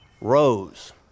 rose